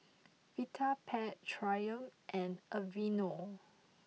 Vitapet Triumph and Aveeno